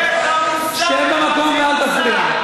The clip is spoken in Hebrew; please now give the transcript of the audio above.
שב במקום ואל תפריע.